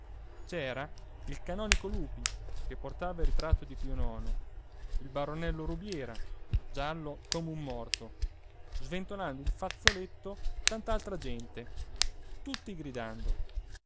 c'era il canonico lupi che portava il ritratto di pio nono il baronello rubiera giallo come un morto sventolando il fazzoletto tant'altra gente tutti gridando